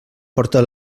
porta